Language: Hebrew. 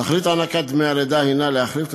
תכלית הענקת דמי הלידה היא להחליף את